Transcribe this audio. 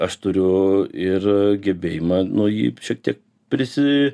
aš turiu ir gebėjimą nu jį šiek tiek prisi